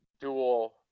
dual